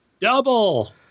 Double